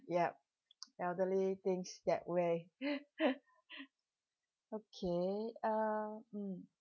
yup elderly thinks that way okay uh mm